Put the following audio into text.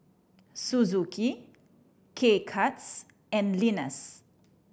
Suzuki K Cuts and Lenas